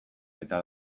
eta